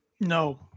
No